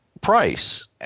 price